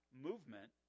movement